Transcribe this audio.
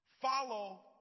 follow